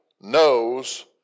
knows